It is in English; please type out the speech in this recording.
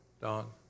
Don